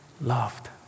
loved